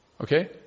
Okay